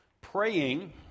praying